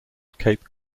cape